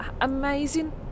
amazing